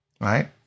right